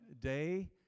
day